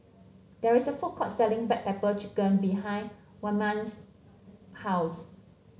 there is a food court selling Black Pepper Chicken behind Wayman's house